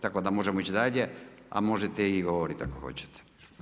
Tako da možemo ići dalje, a možete i govoriti ako hoćete.